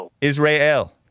Israel